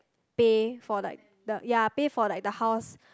pay for like the ya pay for like the house